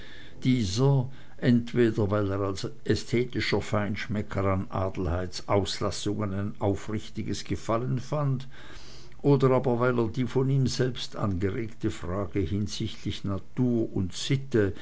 dieser entweder weil er als ästhetischer feinschmecker an adelheids auslassungen ein aufrichtiges gefallen fand oder aber weil er die von ihm selbst angeregte frage hinsichtlich natur und sitte